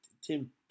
Tim